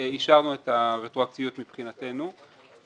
אישרנו את הרטרואקטיביות מבחינתנו.